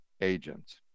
agents